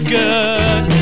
good